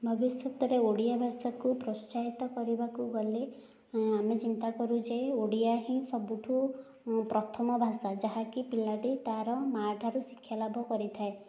ଭବିଷ୍ୟତରେ ଓଡ଼ିଆ ଭାଷାକୁ ପ୍ରୋତ୍ସାହିତ କରିବାକୁ ଗଲେ ଆମେ ଚିନ୍ତା କରୁଛେ ଓଡ଼ିଆ ହିଁ ସବୁଠୁ ପ୍ରଥମ ଭାଷା ଯାହାକି ପିଲାଟି ତାର ମାଆଠାରୁ ଶିକ୍ଷା ଲାଭ କରିଥାଏ